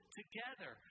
together